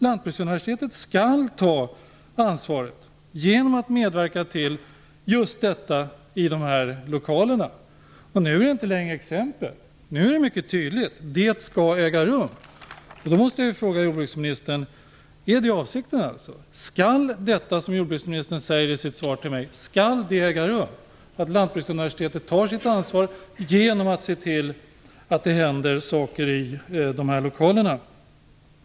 Lantbruksuniversiteten skall ta ansvaret genom att medverka till just detta i lokalerna. Det är inte längre exempel. Nu är det mycket tydligt. Det skall äga rum. Jag måste fråga jordbruksministern: Är detta avsikten? Skall det som jordbruksministern säger i sitt svar till mig äga rum, dvs. att Lantbruksuniversitetet tar sitt ansvar genom att se till att det händer saker i dessa lokaler?